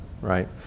right